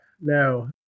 no